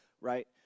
right